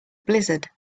blizzard